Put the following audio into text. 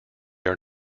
are